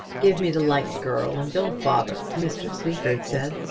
give me the light, girl, and don't bother! mr. sleaford said.